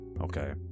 okay